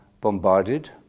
bombarded